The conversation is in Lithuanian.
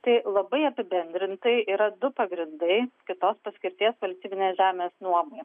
tai labai apibendrintai yra du pagrindai kitos paskirties valstybinės žemės nuomai